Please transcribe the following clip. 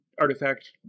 artifact